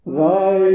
thy